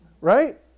right